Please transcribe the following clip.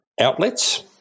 outlets